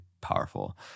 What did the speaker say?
powerful